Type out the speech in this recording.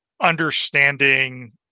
understanding